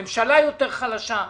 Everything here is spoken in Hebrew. הממשלה יותר חלשה,